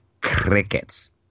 crickets